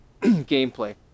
gameplay